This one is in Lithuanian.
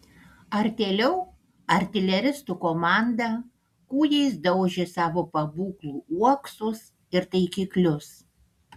artėliau artileristų komanda kūjais daužė savo pabūklų uoksus ir taikiklius